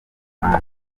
manda